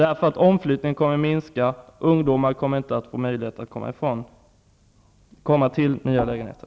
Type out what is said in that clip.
Omflyttningen kommer att minska, och ungdomar kommer inte att få möjlighet att komma till nya lägenheter.